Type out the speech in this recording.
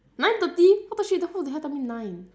nine thirty what the shit then who the hell tell me nine